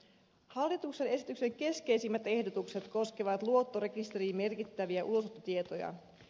hallituksen esityksen keskeisimmät ehdotukset koskevat luottorekisteriin merkittäviä ulosottotietoja